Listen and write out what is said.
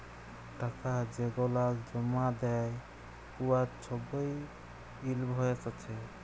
টাকা যেগলাল জমা দ্যায় উয়ার ছবই ইলভয়েস আছে